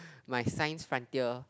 my science frontier